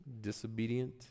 disobedient